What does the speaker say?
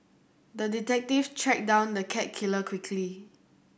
the detective tracked down the cat killer quickly